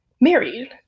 married